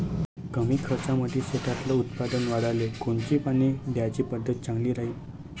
कमी खर्चामंदी शेतातलं उत्पादन वाढाले कोनची पानी द्याची पद्धत चांगली राहीन?